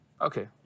Okay